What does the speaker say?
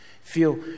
Feel